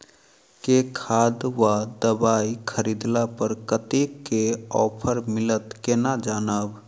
केँ खाद वा दवाई खरीदला पर कतेक केँ ऑफर मिलत केना जानब?